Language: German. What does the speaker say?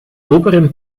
oberen